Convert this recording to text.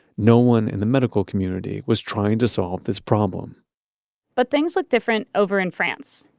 no one in the medical community was trying to solve this problem but things look different over in france.